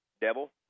Devil